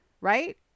right